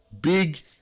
Big